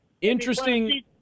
interesting